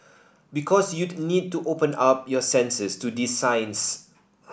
because you'd need to open up your senses to these signs